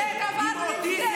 זה דבר נבזה.